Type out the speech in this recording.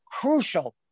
crucial